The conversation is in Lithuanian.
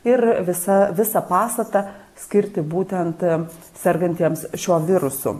ir visa visą pastatą skirti būtent sergantiems šiuo virusu